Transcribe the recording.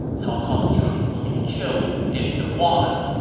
cao cao's troops will be killed in the water.